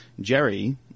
Jerry